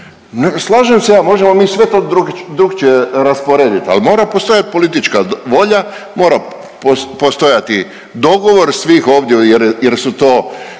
slažem se ja. Možemo mi to sve drukčije rasporediti, ali mora postojati politička volja, mora postojati dogovor svih ovdje jer su to